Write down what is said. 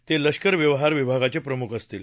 ते लष्कर व्यवहार विभागाचे प्रमुख असतील